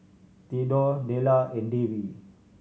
Thedore Della and Davie